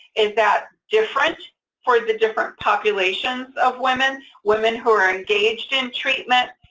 is that different for the different populations of women, women who are engaged in treatment,